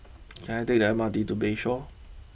can I take the M R T to Bayshore